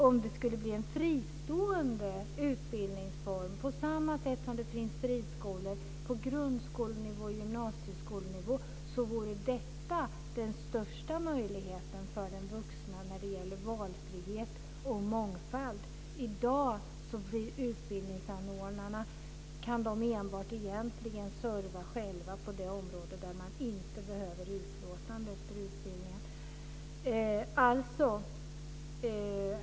Om det skulle bli en fristående utbildningsform på samma sätt som det finns friskolor på grundskoleoch gymnasieskolenivå vore det den största möjligheten för den vuxne när det gäller valfrihet och mångfald. I dag kan utbildningsanordnarna enbart serva själva på de områden där eleverna inte behöver utlåtande efter utbildningen.